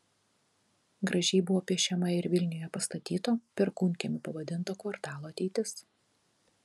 gražiai buvo piešiama ir vilniuje pastatyto perkūnkiemiu pavadinto kvartalo ateitis